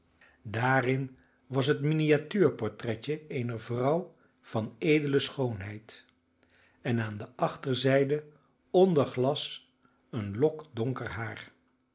daarin was het miniatuur portretje eener vrouw van edele schoonheid en aan de achterzijde onder glas een lok donker haar